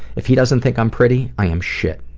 if he doesn't think i'm pretty, i am shit.